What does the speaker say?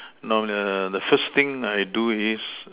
no the the first thing I do is